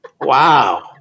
Wow